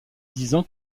disant